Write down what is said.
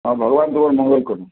ହଁ ଭଗବାନ୍ ତୁମର ମଙ୍ଗଳ କରନ୍ତୁ